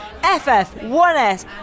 FF1S